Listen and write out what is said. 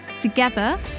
together